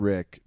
Rick